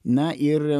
na ir